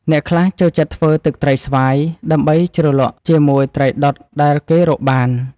អ្នកខ្លះចូលចិត្តធ្វើទឹកត្រីស្វាយ ដើម្បីជ្រលក់ជាមួយត្រីដុតដែលគេរកបាន។